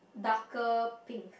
darker pink